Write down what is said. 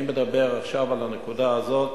אני מדבר עכשיו על הנקודה הזאת,